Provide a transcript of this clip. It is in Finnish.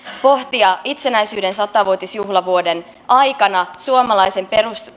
pohtia itsenäisyyden sata vuotisjuhlavuoden aikana suomalaisen